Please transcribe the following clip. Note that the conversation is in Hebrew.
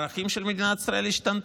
הערכים של מדינת ישראל השתנו?